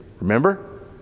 Remember